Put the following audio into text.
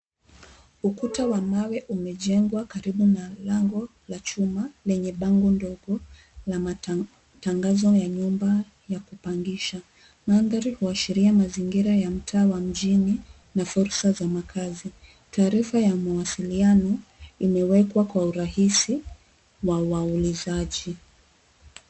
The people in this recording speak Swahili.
Ukuta wa mawe umejengwa karibu na lango la chuma lenye bango ndogo la matangazo ya nyumba ya kupangisha. Mandhari huashiria mazingira ya mtaa wa mjini, na fursa za makazi. Taarifa ya mawasiliano, imewekwa kwa urahisi, wa waulizaji.